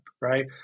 right